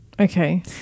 Okay